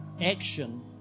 action